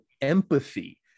empathy